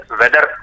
weather